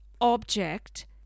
object